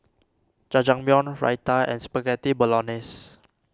Jajangmyeon Raita and Spaghetti Bolognese